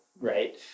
right